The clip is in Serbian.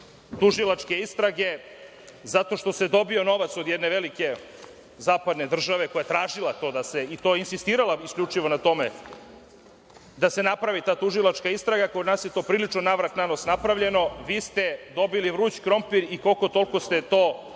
tužilačke istrage zato što se dobio novac od jedne velike zapadne države koja je tražila, i to insistirala isključivo na tome, da se napravi ta tužilačka istraga. Kod nas je to prilično navrat na nos napravljeno. Vi ste dobili vruć krompir i koliko toliko ste to